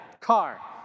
car